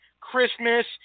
Christmas